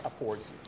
affords